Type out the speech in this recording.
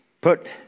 put